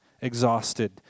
exhausted